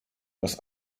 das